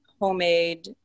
homemade